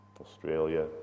Australia